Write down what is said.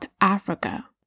Africa